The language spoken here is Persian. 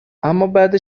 امابعد